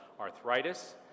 arthritis